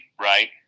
Right